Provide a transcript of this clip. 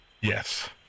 Yes